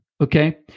okay